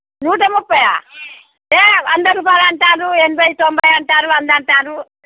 నూట ముప్పై ఏయ్ వంద రూపాయలు అంటారు ఎనభై తొంభై అంటారు వంద అంటారు